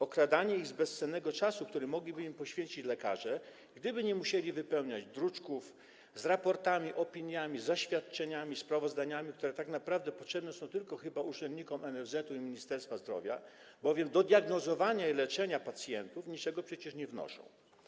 Okradanie ich z bezcennego czasu, który mogliby im poświęcić lekarze, gdyby nie musieli wypełniać druczków z raportami, opiniami, ze świadczeniami, sprawozdaniami, które tak naprawdę potrzebne są chyba tylko urzędnikom NFZ-u i Ministerstwa Zdrowia, bo do diagnozowania i leczenia pacjentów niczego przecież nie wnoszą.